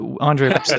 Andre